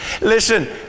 Listen